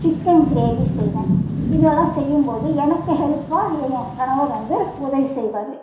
chicken gravy செய்வேன் இதெல்லாம் செய்யும் போது எனக்கு ஹெல்ப்பாக எ என் கணவர் வந்து உதவி செய்வார்